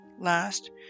Last